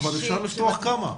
אבל אפשר לפתוח כמה.